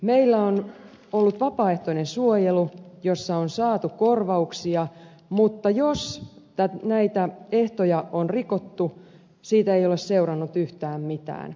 meillä on ollut vapaaehtoinen suojelu jossa on saatu korvauksia mutta jos näitä ehtoja on rikottu siitä ei ole seurannut yhtään mitään